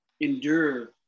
endure